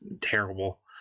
terrible